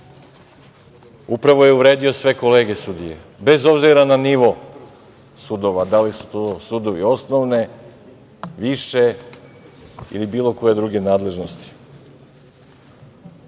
Upravo je uvredio sve kolege sudije, bez obzira na nivo sudova, da li su to sudovi osnovne, više ili bilo koje druge nadležnosti. Ili